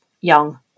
young